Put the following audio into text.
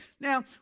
Now